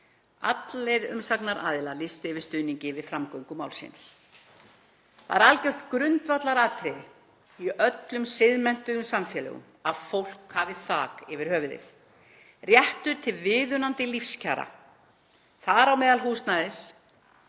Allir umsagnaraðilar lýstu yfir stuðningi við framgöngu málsins. Það er algjört grundvallaratriði í öllum siðmenntuðum samfélögum að fólk hafi þak yfir höfuðið. Réttur til viðunandi lífskjara, þar á meðal húsnæðis